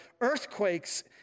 Earthquakes